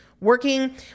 working